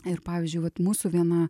ir pavyzdžiui vat mūsų viena